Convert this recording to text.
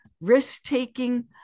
risk-taking